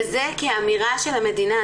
וזה כאמירה של המדינה.